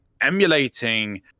Emulating